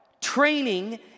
training